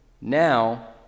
now